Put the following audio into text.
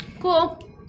Cool